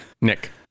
Nick